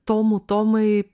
tomų tomai